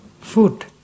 food